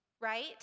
right